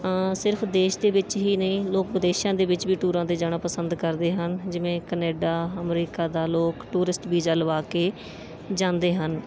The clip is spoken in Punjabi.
ਸਿਰਫ਼ ਦੇਸ਼ ਦੇ ਵਿੱਚ ਹੀ ਨਹੀਂ ਲੋਕ ਵਿਦੇਸ਼ਾਂ ਦੇ ਵਿੱਚ ਵੀ ਟੂਰਾਂ 'ਤੇ ਜਾਣਾ ਪਸੰਦ ਕਰਦੇ ਹਨ ਜਿਵੇਂ ਕਨੇਡਾ ਅਮਰੀਕਾ ਦਾ ਲੋਕ ਟੂਰਿਸਟ ਵੀਜ਼ਾ ਲਗਵਾ ਕੇ ਜਾਂਦੇ ਹਨ